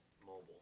mobile